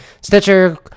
Stitcher